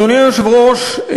אדוני היושב-ראש,